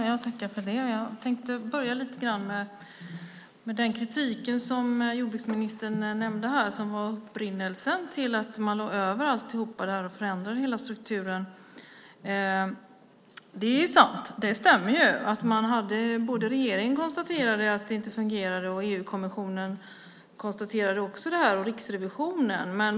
Fru talman! Jag tänkte börja med den kritik som jordbruksministern här nämnde var upprinnelsen till att alltihop lades över och till att hela strukturen förändrades. Det är sant - det stämmer - att regeringen konstaterade att det inte fungerade och att också EU-kommissionen och Riksrevisionen konstaterade det.